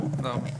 תודה.